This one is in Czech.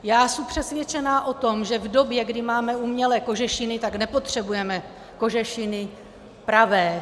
Já jsem přesvědčená o tom, že v době, kdy máme umělé kožešiny, tak nepotřebujeme kožešiny pravé.